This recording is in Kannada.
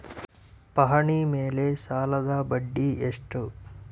ಪಹಣಿ ಮೇಲೆ ಸಾಲದ ಬಡ್ಡಿ ಎಷ್ಟು?